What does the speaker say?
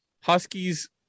Huskies